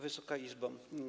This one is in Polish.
Wysoka Izbo!